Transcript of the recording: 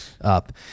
up